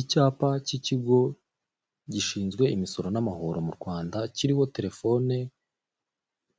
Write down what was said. Icyapa cy'ikigo, gishinzwe imisoro n'amahoro mu Rwanda kiriho telefone,